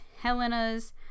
helena's